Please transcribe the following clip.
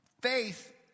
faith